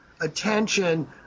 attention